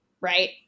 right